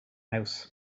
house